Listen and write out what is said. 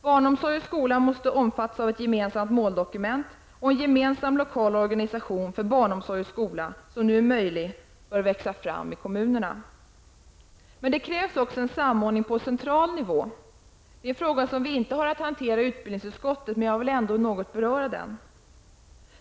Barnomsorg och skola måste omfattas av ett gemensamt måldokument, och en gemensam lokal organisation för barnomsorg och skola, som nu är möjlig, bör växa fram i kommunerna. Men det krävs också en samordning på central nivå. Det är en fråga som vi inte har att hantera i utbildningsutskottet, men jag vill ändå något beröra den.